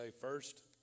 First